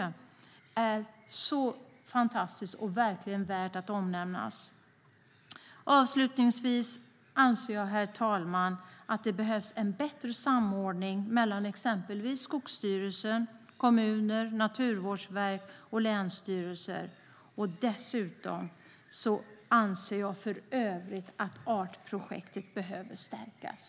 Det är någonting alldeles fantastiskt och verkligen värt att nämna. Avslutningsvis anser jag, herr talman, att det behövs en bättre samordning mellan exempelvis skogsstyrelse, kommuner, naturvårdsverk och länsstyrelser. För övrigt anser jag att artprojektet behöver stärkas.